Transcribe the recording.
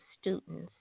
Students